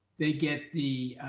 they get the